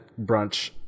brunch